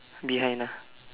behind ah